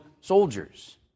soldiers